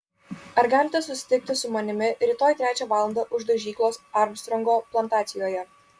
ar galite susitikti su manimi rytoj trečią valandą už dažyklos armstrongo plantacijoje